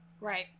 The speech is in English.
Right